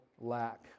lack